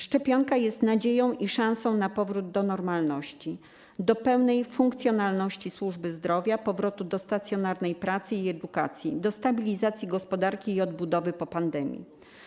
Szczepionka jest nadzieją i szansą na powrót do normalności, do pełnej funkcjonalności służby zdrowia, na powrót do stacjonarnej pracy i edukacji, do stabilizacji gospodarki i odbudowy po pandemii.